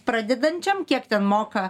pradedančiam kiek ten moka